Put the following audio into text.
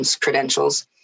credentials